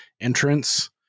entrance